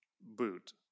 boot